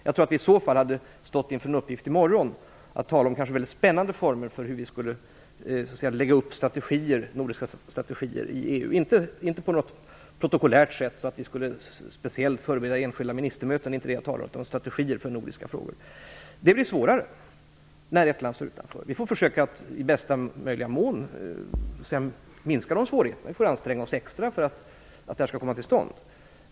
Jag tror att vi i så fall i morgon hade stått inför uppgiften att tala om kanske väldigt spännande former för hur vi skulle lägga upp nordiska strategier i EU - inte på ett protokollärt sätt, så att vi speciellt skulle förbereda enskilda ministermöten och det är heller inte det jag talar om. I stället gäller det alltså strategier för nordiska frågor. Det blir svårare när ett land står utanför. Men vi får försöka att i bästa möjliga mån minska de svårigheterna. Vi får anstränga oss extra för att det här skall komma till stånd.